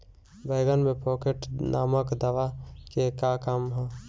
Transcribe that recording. बैंगन में पॉकेट नामक दवा के का काम ह?